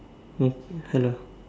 hmm hello